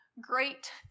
great